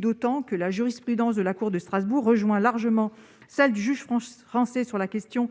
d'autant que la jurisprudence de la Cour de Strasbourg rejoint largement celle du juge français sur ce point